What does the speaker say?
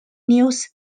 news